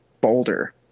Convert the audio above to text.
Boulder